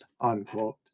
unquote